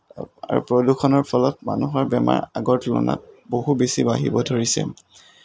আৰু প্ৰদূষণৰ ফলত মানুহৰ বেমাৰ আগৰ তুলনাত বহু বেছি বাঢ়িব ধৰিছে